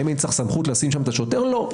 האם אני צריך סמכות לשים שם את השוטר לא.